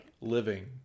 living